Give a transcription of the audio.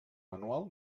manual